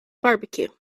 barbecue